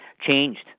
changed